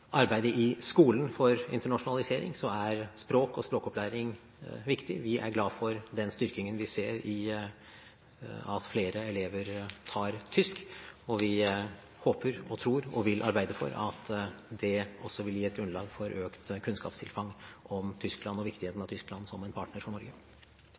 arbeidet i skolen for internasjonalisering, så er språk og språkopplæring viktig. Vi er glad for den styrkingen vi ser, at flere elever velger tysk, og vi håper og tror og vil arbeide for at det også vil gi et grunnlag for økt kunnskapstilfang om Tyskland og viktigheten av Tyskland som en partner for Norge.